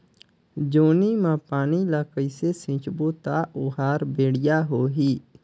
जोणी मा पानी ला कइसे सिंचबो ता ओहार बेडिया होही?